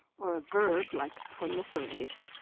or a verb like proliferate,